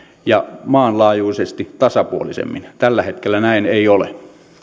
ja maanlaajuisesti tasapuolisemmin tällä hetkellä näin ei ole